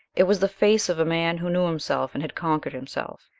it was the face of a man who knew himself and had conquered himself.